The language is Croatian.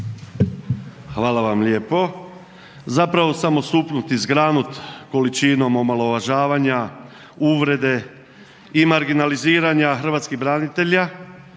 Hvala vam lijepo. Zapravo sam osupnut i zgranut količinom omalovažavanja, uvrede i marginaliziranja hrvatskih branitelja